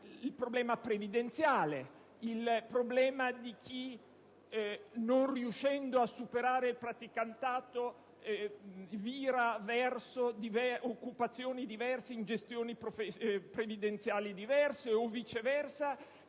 il problema previdenziale, il problema di chi non riuscendo a superare il praticantato vira verso occupazioni diverse in gestioni previdenziali diverse, o viceversa